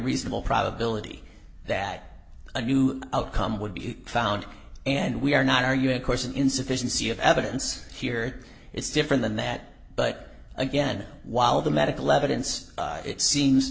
reasonable probability that a new outcome would be found and we are not are you of course an insufficiency of evidence here it's different than that but again while the medical evidence it seems